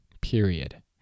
period